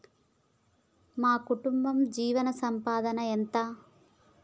మా కుటుంబ జీవన సంపాదన ఎంత?